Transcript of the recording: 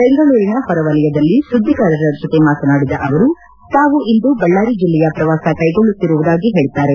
ಬೆಂಗಳೂರಿನ ಹೊರವಲಯದಲ್ಲಿ ಸುಧ್ಧಿಗಾರರ ಜೊತೆ ಮಾತನಾಡಿದ ಅವರು ತಾವು ಇಂದು ಬಳ್ದಾರಿ ಜಿಲ್ಲೆಯ ಪ್ರವಾಸ ಕೈಗೊಳ್ದುತ್ತಿರುವುದಾಗಿ ಹೇಳಿದ್ದಾರೆ